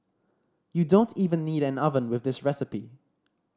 you don't even need an oven with this recipe